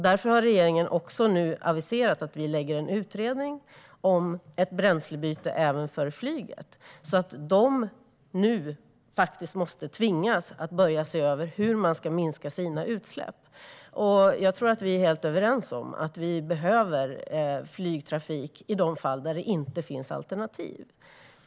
Därför har regeringen också aviserat att vi tillsätter en utredning om ett bränslebyte även för flyget så att man tvingas se över hur man ska minska sina utsläpp. Jag tror att vi är överens om att vi behöver flygtrafik i de fall där det inte finns alternativ.